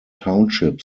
township